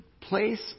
place